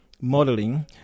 modeling